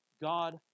God